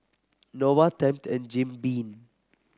Nova Tempt and Jim Beam